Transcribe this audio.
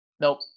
Nope